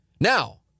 Now